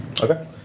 Okay